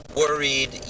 worried